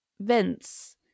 Vince